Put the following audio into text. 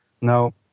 No